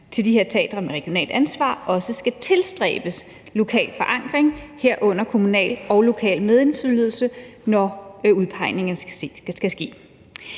til de her teatre med regionalt ansvar også skal tilstræbes lokal forankring, herunder kommunal og lokal medindflydelse, når udpegningerne skal ske.